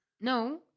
No